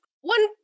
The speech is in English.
one